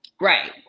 right